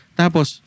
tapos